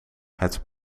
het